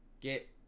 get